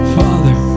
father